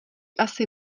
asi